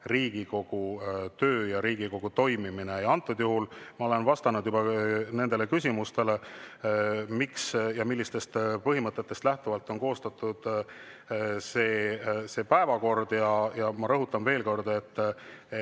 Riigikogu töö ja Riigikogu toimimine. Antud juhul ma olen vastanud juba nendele küsimustele, miks ja millistest põhimõtetest lähtuvalt on koostatud see päevakord. Ma rõhutan veel kord: